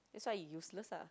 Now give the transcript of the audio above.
that's why he useless lah